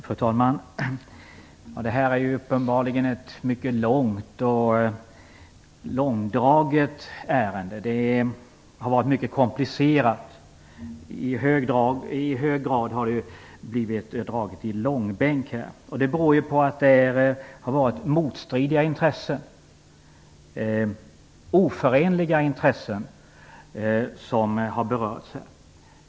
Fru talman! Det här är uppenbarligen ett mycket långdraget ärende. Det har varit mycket komplicerat. I hög grad har detta ärende dragits i långbänk. Det beror på att motstridiga, oförenliga, intressen har berörts här.